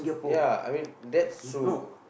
ya I mean that's true